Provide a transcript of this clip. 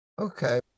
Okay